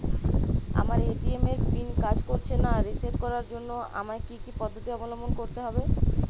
আমার এ.টি.এম এর পিন কাজ করছে না রিসেট করার জন্য আমায় কী কী পদ্ধতি অবলম্বন করতে হবে?